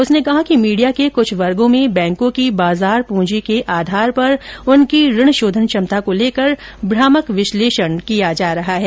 उसने कहा कि मीडिया के कुछ वर्गो में बैंकों की बाजार प्रंजी के आधार पर उनकी ऋण शोधन क्षमता को लेकर भ्रामक विश्लेषण किया जा रहा है